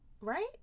Right